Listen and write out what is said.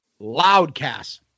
LOUDCAST